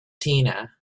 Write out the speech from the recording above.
tina